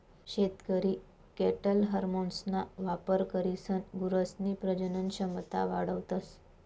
शेतकरी कॅटल हार्मोन्सना वापर करीसन गुरसनी प्रजनन क्षमता वाढावतस